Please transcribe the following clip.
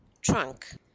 trunk